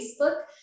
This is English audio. Facebook